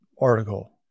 article